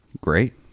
Great